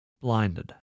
blinded